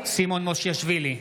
סימון מושיאשוילי,